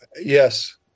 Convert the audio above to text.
Yes